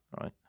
right